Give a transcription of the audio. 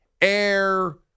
air